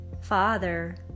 Father